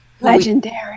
Legendary